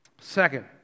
Second